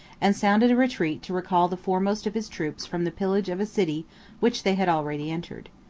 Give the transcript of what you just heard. and sounded a retreat to recall the foremost of his troops from the pillage of a city which they had already entered.